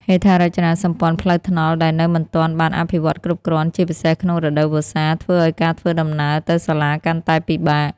ហេដ្ឋារចនាសម្ព័ន្ធផ្លូវថ្នល់ដែលនៅមិនទាន់បានអភិវឌ្ឍគ្រប់គ្រាន់ ជាពិសេសក្នុងរដូវវស្សា ធ្វើឱ្យការធ្វើដំណើរទៅសាលាកាន់តែពិបាក។